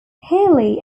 healy